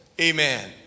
amen